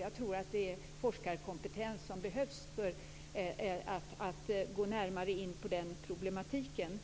Jag tror att det är forskarkompetens som behövs för att gå närmare in på den problematiken.